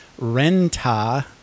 Renta